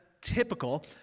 typical